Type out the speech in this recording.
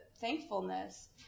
thankfulness